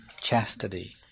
chastity